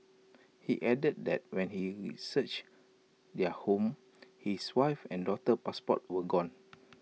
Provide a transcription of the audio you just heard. he added that when he researched their home his wife's and daughter's passports were gone